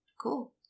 Cool